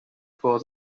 for